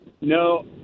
No